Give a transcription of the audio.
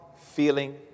feeling